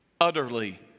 Utterly